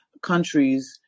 countries